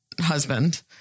husband